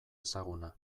ezaguna